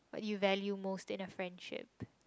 what you value most in a friendship